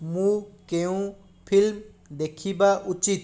ମୁଁ କେଉଁ ଫିଲ୍ମ ଦେଖିବା ଉଚିତ୍